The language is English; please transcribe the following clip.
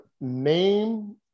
Name